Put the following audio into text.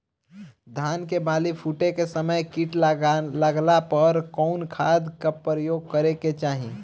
धान के बाली फूटे के समय कीट लागला पर कउन खाद क प्रयोग करे के चाही?